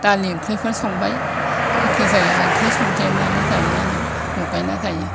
दालि ओंख्रैफोर संबाय जाखिजाया ओंख्रि संदेरनानै जायो आरो लगायना जायो